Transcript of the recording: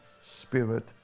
Spirit